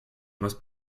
must